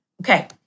Okay